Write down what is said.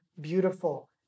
beautiful